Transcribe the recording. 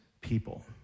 people